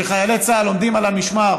כשחיילי צה"ל עומדים על המשמר